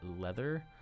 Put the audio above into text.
Leather